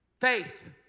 Faith